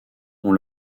ont